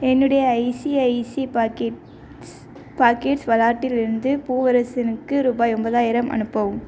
என்னுடைய ICICI pockets pockets வலாட்டிலிருந்து பூவரசனுக்கு ரூபாய் ஒம்பதாயிரம் அனுப்பவும்